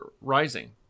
Rising